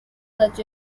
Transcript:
such